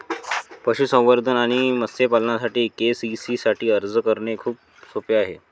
पशुसंवर्धन आणि मत्स्य पालनासाठी के.सी.सी साठी अर्ज करणे खूप सोपे आहे